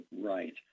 right